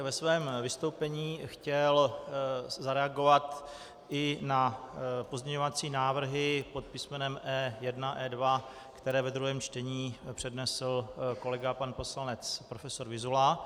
Ve svém vystoupení bych chtěl zareagovat i na pozměňovací návrhy pod písmenem E1, E2, které ve druhém čtení přednesl kolega pan poslanec profesor Vyzula.